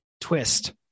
twist